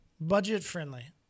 Budget-friendly